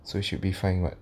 so should be fine [what]